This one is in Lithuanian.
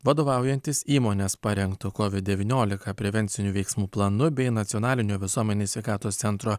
vadovaujantis įmonės parengtu kovid devyniolika prevencinių veiksmų planu bei nacionalinio visuomenės sveikatos centro